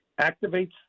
activates